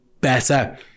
better